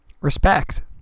Respect